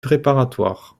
préparatoire